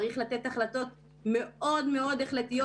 צריך לקבל החלטות מאוד מאוד החלטיות.